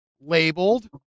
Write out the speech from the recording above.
labeled